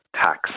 tax